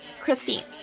Christine